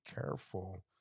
careful